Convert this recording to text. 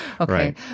okay